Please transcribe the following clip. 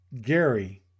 Gary